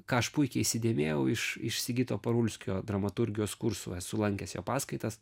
ką aš puikiai įsidėmėjau iš iš sigito parulskio dramaturgijos kursų esu lankęs jo paskaitas